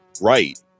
right